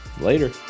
Later